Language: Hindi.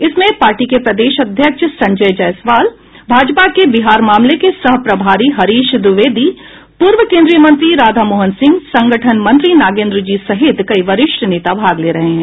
इसमें पार्टी के प्रदेश अध्यक्ष संजय जायसवाल भाजपा के बिहार मामलों के सह प्रभारी हरीश द्विवेदी पूर्व केन्द्रीय मंत्री राधा मोहन सिंह संगठन मंत्री नागेन्द्र जी सहित कई वरिष्ठ नेता भाग ले रहे हैं